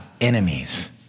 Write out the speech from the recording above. enemies